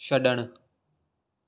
छॾणु